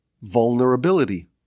Vulnerability